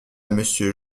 monsieur